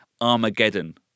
Armageddon